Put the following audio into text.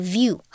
View